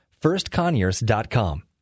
firstconyers.com